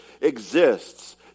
exists